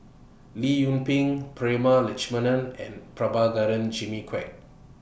Lee Yung Ping Prema Letchumanan and Prabhakara Jimmy Quek